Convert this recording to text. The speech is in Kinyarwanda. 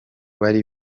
bari